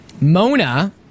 mona